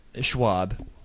Schwab